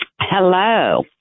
Hello